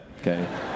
okay